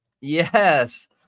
Yes